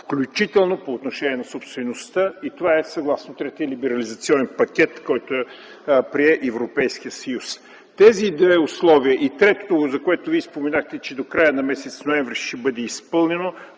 включително по отношение на собствеността и това е съгласно третия либерализационен пакет, който прие Европейският съюз. Тези две условия и третото, за което Вие споменахте, че до края на м. ноември ще бъде изпълнено,